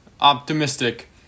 optimistic